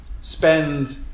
spend